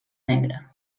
negre